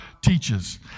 teaches